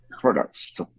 products